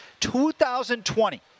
2020